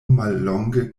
mallonge